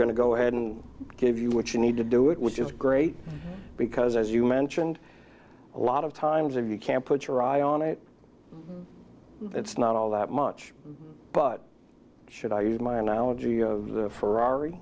going to go ahead and give you what you need to do it which is great because as you mentioned a lot of times of you can put your eye on it it's not all that much but should i use my analogy of the ferrari